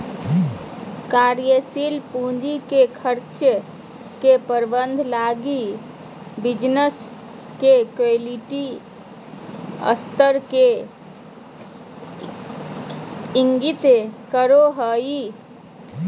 कार्यशील पूंजी के खर्चा के प्रबंधन लगी बिज़नेस के लिक्विडिटी स्तर के इंगित करो हइ